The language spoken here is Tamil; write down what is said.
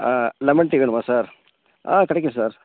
லெமன் டீ வேணுமா சார் ஆ கிடைக்கும் சார்